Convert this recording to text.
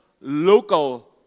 local